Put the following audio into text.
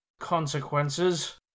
consequences